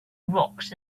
rocks